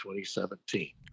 2017